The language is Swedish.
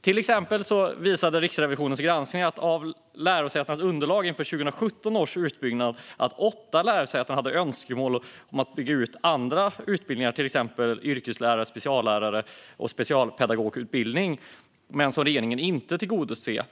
Till exempel visar Riksrevisionens granskning av lärosätenas underlag inför 2017 års utbyggnad att åtta lärosäten hade lämnat önskemål om att bygga ut andra utbildningar, till exempel utbildningar för yrkeslärare, speciallärare eller specialpedagoger, men det tillgodosåg regeringen inte.